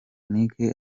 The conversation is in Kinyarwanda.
nic